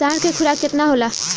साँढ़ के खुराक केतना होला?